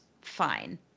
fine